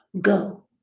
Go